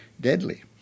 deadly